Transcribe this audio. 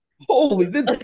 Holy